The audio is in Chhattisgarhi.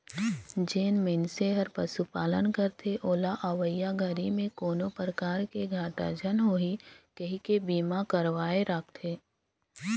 जेन मइनसे हर पशुपालन करथे ओला अवईया घरी में कोनो परकार के घाटा झन होही कहिके बीमा करवाये राखथें